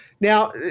Now